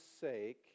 sake